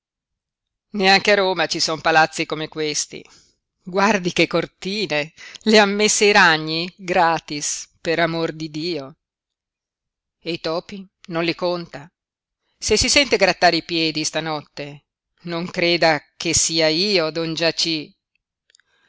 neanche a roma ci son palazzi come questi guardi che cortine le han messe i ragni gratis per amor di dio e i topi non li conta se si sente grattare i piedi stanotte non creda che sia io don giací grixenda si